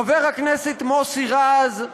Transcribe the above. חבר הכנסת מוסי רז,